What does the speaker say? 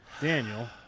Daniel